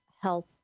health